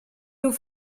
nous